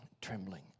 trembling